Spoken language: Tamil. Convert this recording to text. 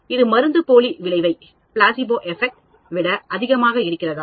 இது மருந்துப்போலி விளைவை விட அதிகமாக இருக்கிறதா